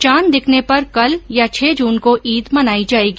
चांद दिखने पर कल या छह जून को ईद मनाई जाएगी